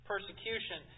Persecution